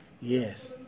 Yes